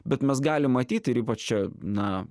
bet mes galim matyt ir ypač čia na